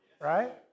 Right